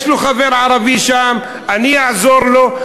יש לו חבר ערבי שם, אני אעזור לו.